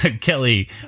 Kelly